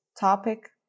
topic